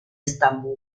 estambul